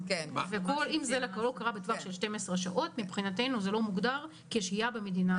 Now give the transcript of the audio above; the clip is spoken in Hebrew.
ואם זה לא קרה בטווח של 12 שעות מבחינתנו זה לא מוגדר כשהייה במדינה,